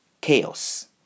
chaos